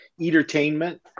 entertainment